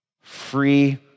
free